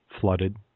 flooded